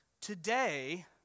today